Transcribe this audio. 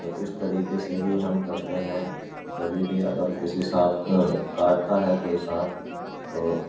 تو اس طریقے سے ہی ہم کرتے ہیں کبھی بھی اگر کسی سانپ کاٹتا ہے کوئی سانپ تو